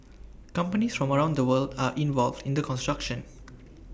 companies from around the world are involved in the construction